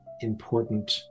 important